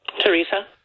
Teresa